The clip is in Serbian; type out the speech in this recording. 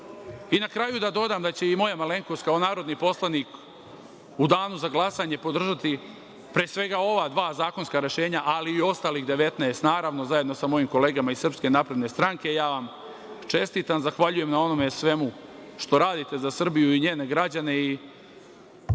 kraju, da dodam da će i moja malenkost, kao narodni poslanik, u Danu za glasanje podržati pre svega ova dva zakonska rešenja, ali i ostalih 19, naravno, zajedno sa mojim kolegama iz Srpske napredne stranke. Ja vam čestitam i zahvaljujem na svemu što radite za Srbiju i njene građane i